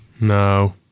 No